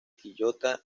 quillota